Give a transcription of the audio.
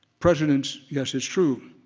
presidents, yes it's true,